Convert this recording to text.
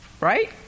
right